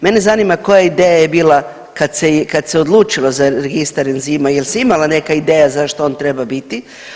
Mene zanima koja je ideja bila kad se odlučilo za registar enzima, jel se imala neka ideja zašto on treba biti?